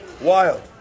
Wild